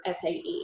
SAE